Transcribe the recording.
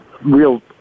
real